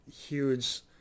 huge